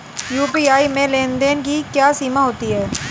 UPI में लेन देन की क्या सीमा होती है?